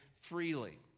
freely